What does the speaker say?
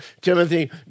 Timothy